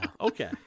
Okay